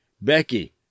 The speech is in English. Becky